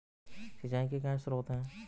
सिंचाई के क्या स्रोत हैं?